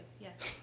Yes